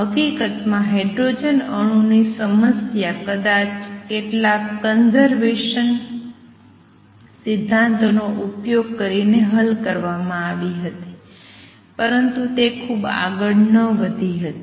હકીકતમાં હાઇડ્રોજન અણુની સમસ્યા કદાચ કેટલાક કંસર્વેસન સિદ્ધાંતોનો ઉપયોગ કરીને હલ કરવામાં આવી હતી પરંતુ તે ખૂબ આગળ વધી ન હતી